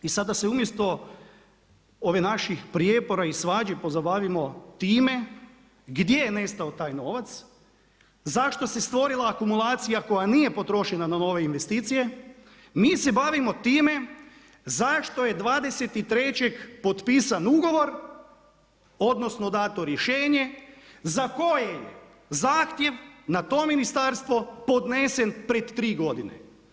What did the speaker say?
I sada se umjesto ovih naših prijepora i svađi pozabavimo time gdje je nestao taj novac, zašto se stvorila akumulacija koja nije potrošena na nove investicije mi se bavimo time zašto je 23. potpisan ugovor odnosno dato rješenje za koje je zahtjev na to ministarstvo podnesen pred tri godine.